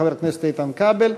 חבר הכנסת איתן כבל,